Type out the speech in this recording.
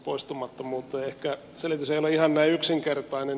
ehkä selitys ei ole ihan näin yksinkertainen